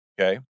okay